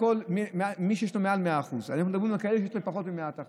למי שיש לו מעל 100%. אנחנו מדברים על כאלה שיש להם פחות מ-100%.